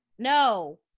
No